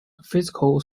physical